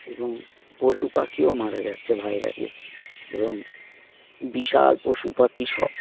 এবং পশু পাখিও মারা যাচ্ছে ভাইরাজে এবং বিশাল পশু পাখি স